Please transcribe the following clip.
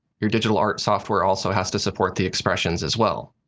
your digital art software also has to support the expressions as well.